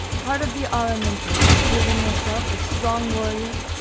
part of the aramente is proving yourself a strong warrior,